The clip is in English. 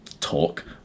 talk